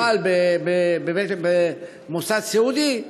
מטופל במוסד סיעודי,